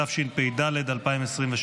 התשפ"ד 2023,